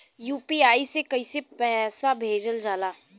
UPI से कइसे पैसा भेजल जाला?